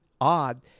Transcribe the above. odd